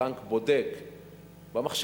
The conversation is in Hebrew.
הבנק בודק במחשב,